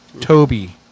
Toby